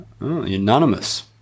Unanimous